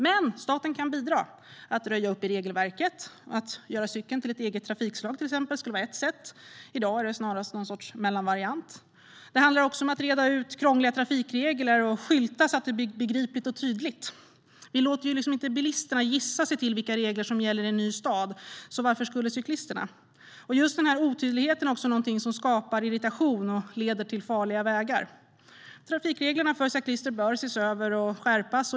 Men staten kan bidra, genom att röja upp i regelverket. Att till exempel göra cykeln till ett eget trafikslag skulle kunna vara ett annat sätt. I dag är det snarast en sorts mellanvariant. Det handlar också om att reda ut krångliga trafikregler och att skylta så att det blir begripligt och tydligt. Vi låter inte bilisterna gissa sig till vilka regler som gäller i en ny stad. Varför ska då cyklisterna göra det? Just otydligheten skapar irritation och leder till farliga vägar. Trafikreglerna för cyklister bör ses över och skärpas.